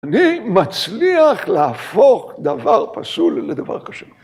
‫אני מצליח להפוך דבר פסול ‫לדבר קשה.